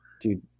dude